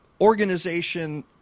organization